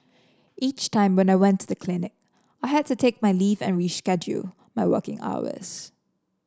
each time when I went to the clinic I had to take my leave and reschedule my working hours